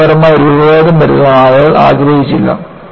ഘടനാപരമായി രൂപഭേദം വരുത്താൻ ആളുകൾ ആഗ്രഹിച്ചില്ല